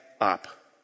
up